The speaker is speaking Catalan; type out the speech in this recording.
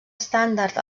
estàndard